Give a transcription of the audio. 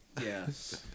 Yes